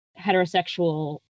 heterosexual